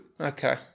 Okay